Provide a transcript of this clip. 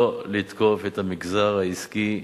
לא לתקוף את המגזר העסקי.